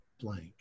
blank